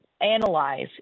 analyze